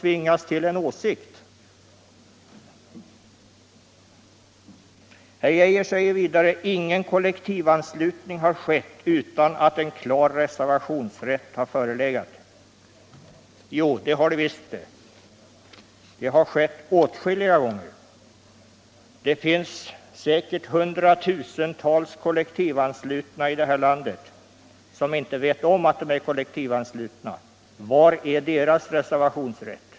Herr Geijer säger vidare: Ingen kollektivanslutning har skett utan att en klar reservationsrätt har förelegat. Jo, det har visst skett, åtskilliga gånger. Det finns säkerligen hundratusentals kollektivanslutna i det här landet som inte vet om att de är kollektivanslutna. Var är deras reservationsrätt?